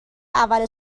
اول